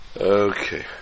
Okay